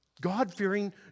God-fearing